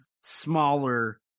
smaller